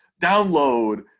download